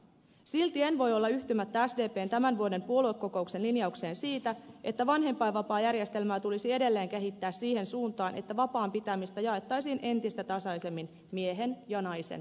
silti en voi olla yhtymättä sdpn tämän vuoden puoluekokouksen linjaukseen siitä että vanhempainvapaajärjestelmää tulisi edelleen kehittää siihen suuntaan että vapaan pitämistä jaettaisiin entistä tasaisemmin miehen ja naisen välillä